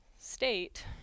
state